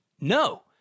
No